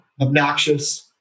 obnoxious